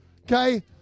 Okay